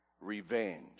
revenge